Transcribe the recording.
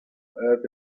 earth